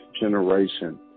generation